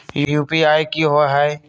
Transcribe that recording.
UPI कि होअ हई?